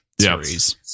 series